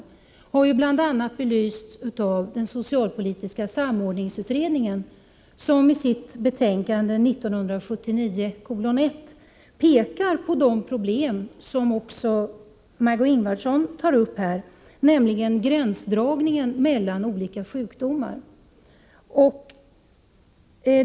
Denna fråga har bl.a. belysts av den socialpolitiska samordningsutredningen, som i sitt betänkande 1979:1 pekar på detta problem med gränsdragningen mellan olika sjukdomar, som också Margé Ingvardsson nu tar upp.